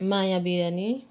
माया बिरानी